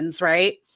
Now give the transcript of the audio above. right